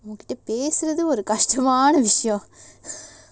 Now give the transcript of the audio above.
உங்கிட்டபேசுறதேஒருகஷ்டமானவிஷயம்:unkita pesurathe oru kastamana visayam